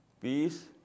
Peace